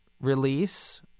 release